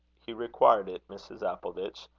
he required it, mrs. appleditch.